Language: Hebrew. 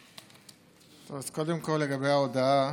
אז קודם כול לעניין ההודעה.